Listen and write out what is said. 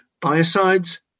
biocides